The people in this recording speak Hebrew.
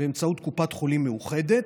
באמצעות קופת חולים מאוחדת,